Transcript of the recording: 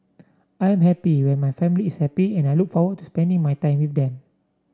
I am happy when my family is happy and I look forward to spending my time with them